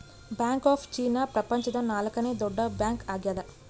bank of China ಪ್ರಪಂಚದ ನಾಲ್ಕನೆ ದೊಡ್ಡ ಬ್ಯಾಂಕ್ ಆಗ್ಯದ